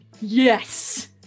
yes